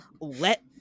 let